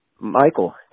Michael